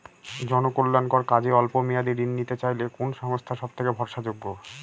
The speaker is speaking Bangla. জনকল্যাণকর কাজে অল্প মেয়াদী ঋণ নিতে চাইলে কোন সংস্থা সবথেকে ভরসাযোগ্য?